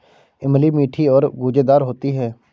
इमली मीठी और गूदेदार होती है